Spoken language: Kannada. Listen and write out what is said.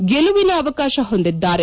ಗೆಲುವಿನ ಅವಕಾಶ ಹೊಂದಿದ್ದಾರೆ